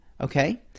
okay